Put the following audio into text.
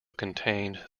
contained